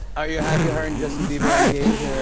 are you happy her and justin bieber are engaged?